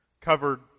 covered